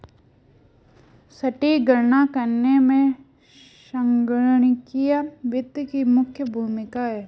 सटीक गणना करने में संगणकीय वित्त की मुख्य भूमिका है